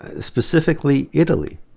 ah specifically italy